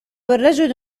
الرجل